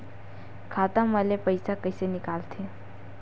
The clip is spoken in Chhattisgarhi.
खाता मा ले पईसा कइसे निकल थे?